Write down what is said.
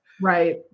Right